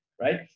right